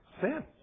Sin